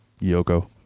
Yoko